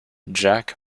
jack